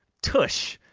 tush!